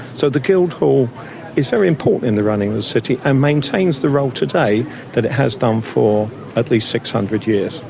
so the guildhall is very important in the running of the city and maintains the role today that it has done for at least six hundred years.